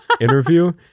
interview